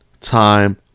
time